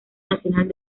nacional